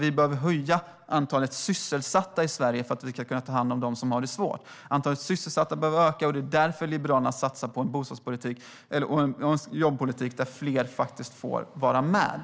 Vi behöver höja antalet sysselsatta i Sverige för att kunna ta hand om dem som har det svårt. Antalet sysselsatta behöver öka, och det är därför som Liberalerna satsar på en jobbpolitik där fler får vara med.